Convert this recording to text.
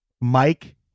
Mike